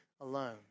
alone